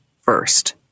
first